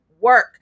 work